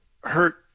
hurt